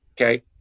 Okay